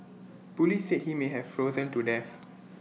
Police said he may have frozen to death